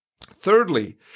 Thirdly